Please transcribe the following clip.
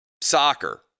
Soccer